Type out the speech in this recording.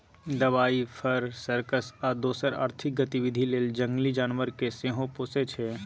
दबाइ, fur, circus आ दोसर आर्थिक गतिबिधि लेल जंगली जानबर केँ सेहो पोसय छै